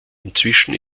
inzwischen